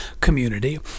community